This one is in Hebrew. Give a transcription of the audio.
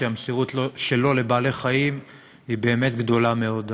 שהמסירות שלו לבעלי-חיים היא באמת גדולה מאוד,